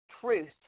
truth